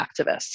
activists